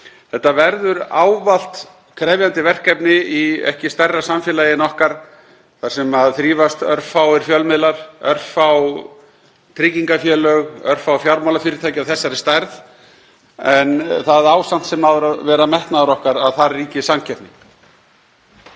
Þetta verður ávallt krefjandi verkefni í ekki stærra samfélagi en okkar þar sem þrífast örfáir fjölmiðlar, örfá tryggingafélög, örfá fjármálafyrirtæki af þessari stærð en það á samt sem áður að vera metnaður okkar að þar ríki samkeppni.